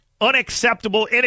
Unacceptable